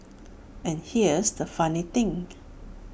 and here's the funny thing